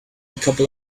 couple